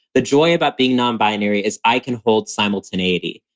the joy about being nonbinary is i can hold simultaneity.